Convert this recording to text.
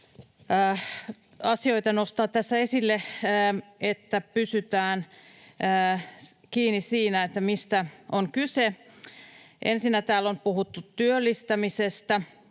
asioita nostaa tässä esille, että pysytään kiinni siinä, mistä on kyse. Ensinnä, täällä on puhuttu työllistämisestä